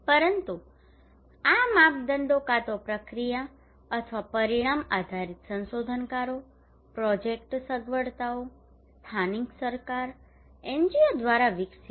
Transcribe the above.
પરંતુ આ માપદંડો કાં તો પ્રક્રિયા અથવા પરિણામ આધારિત સંશોધનકારો પ્રોજેક્ટ સગવડતાઓ સ્થાનિક સરકાર NGO દ્વારા વિકસિત